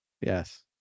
Yes